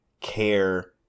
care